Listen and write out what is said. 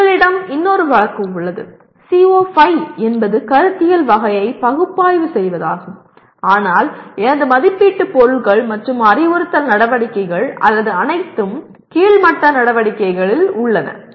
இப்போது உங்களிடம் இன்னொரு வழக்கு உள்ளது CO5 என்பது கருத்தியல் வகையை பகுப்பாய்வு செய்வதாகும் ஆனால் எனது மதிப்பீட்டு பொருட்கள் மற்றும் அறிவுறுத்தல் நடவடிக்கைகள் அல்லது அனைத்தும் கீழ் மட்ட நடவடிக்கைகளில் உள்ளன